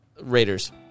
Raiders